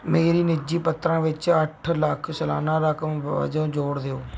ਮੇਰੇ ਨਿੱਜੀ ਪੱਤਰਾਂ ਵਿੱਚ ਅੱਠ ਲੱਖ ਸਲਾਨਾ ਰਕਮ ਵਜੋਂ ਜੋੜ ਦਿਓ